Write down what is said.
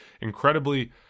incredibly